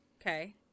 Okay